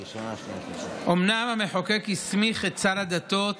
אומנם המחוקק הסמיך את שר הדתות